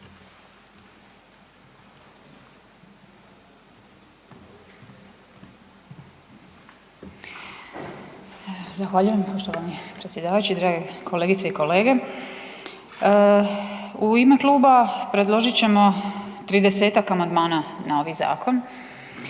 Zahvaljujem poštovani predsjedavajući, drage kolegice i kolege. U ime Kluba predložit ćemo 30-ak amandmana na ovi Zakon,